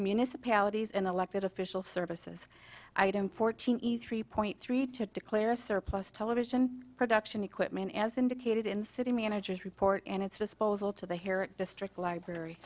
unicipalities and elected official services item fourteen eat three point three to declare surplus television production equipment as indicated in the city managers report and its disposal to the hair district library